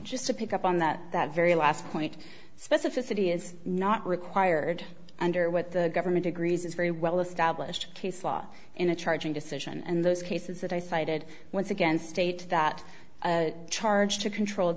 just to pick up on that very last point specificity is not required under what the government agrees is very well established case law in a charging decision and those cases that i cited once again state that charge to controlled